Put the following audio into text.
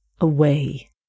away